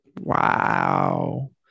Wow